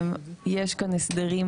יש כאן הסדרים